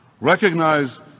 recognize